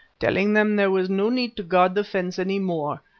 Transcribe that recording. telling them there was no need to guard the fence any more,